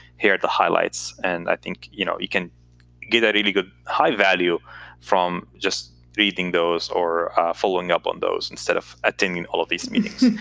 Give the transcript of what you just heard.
here are the highlights. and i think you know you can get a really high value from just reading those or following up on those instead of attending all of these meetings.